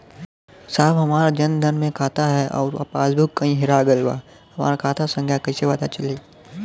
साहब हमार जन धन मे खाता ह अउर पास बुक कहीं हेरा गईल बा हमार खाता संख्या कईसे पता चली?